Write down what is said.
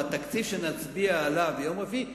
בתקציב שנצביע עליו ביום רביעי,